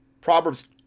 Proverbs